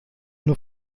nur